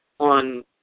on